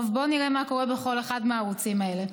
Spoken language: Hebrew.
טוב, בואו נראה מה קורה בכל אחד מהערוצים האלה.